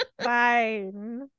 fine